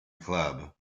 club